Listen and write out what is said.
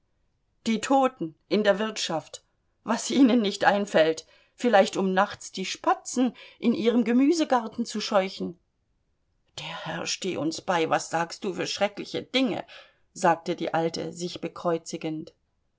die toten in der wirtschaft was ihnen nicht einfällt vielleicht um nachts die spatzen in ihrem gemüsegarten zu scheuchen der herr steh uns bei was sagst du für schreckliche dinge sagte die alte sich bekreuzigend